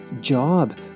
job